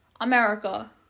America